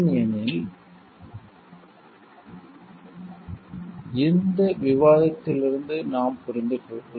ஏனெனில் இந்த விவாதத்திலிருந்து நாம் புரிந்து கொள்ளலாம்